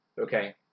okay